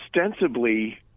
ostensibly